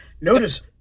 Notice